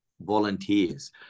volunteers